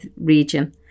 region